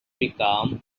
become